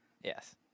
Yes